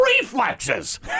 reflexes